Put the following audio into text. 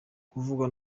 kuvugwa